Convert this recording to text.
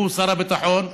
הוא שר הביטחון,